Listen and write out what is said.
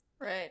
Right